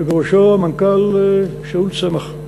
שבראשו המנכ"ל שאול צמח: